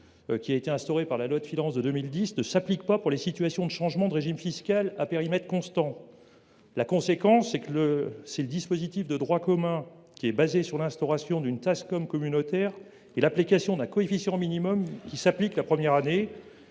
d’EPCI, instauré par la loi de finances de 2010, ne s’appliquant pas aux situations de changement de régime fiscal à périmètre constant. En conséquence, le dispositif de droit commun basé sur l’instauration d’une Tascom communautaire et l’application d’un coefficient minimum s’applique la première année.